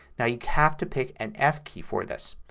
now you have to pick an f key for this.